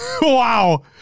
Wow